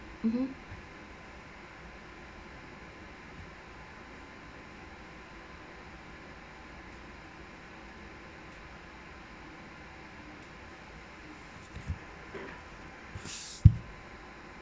mmhmm